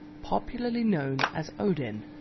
popularly known as odin,